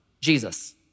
Jesus